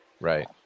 Right